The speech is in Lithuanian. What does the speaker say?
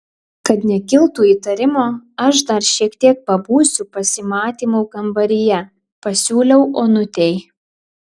kad nekiltų įtarimo aš dar šiek tiek pabūsiu pasimatymų kambaryje pasiūliau onutei